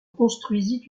construisit